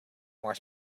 more